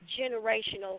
generational